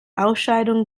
ausscheidungen